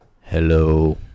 hello